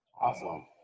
Awesome